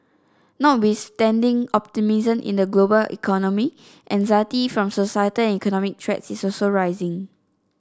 notwithstanding optimism in the global economy anxiety from societal and economic threats is also rising